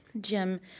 Jim